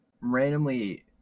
randomly